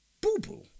boo-boo